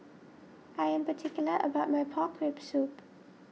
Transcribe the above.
I am particular about my Pork Rib Soup